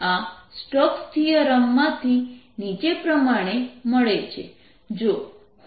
આ Stokes theorem Stokes' theorem માંથી નીચે પ્રમાણે મળે છે